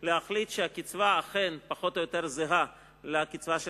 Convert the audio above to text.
להחליט שהקצבה אכן פחות או יותר זהה לקצבה של